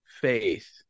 faith